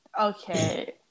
Okay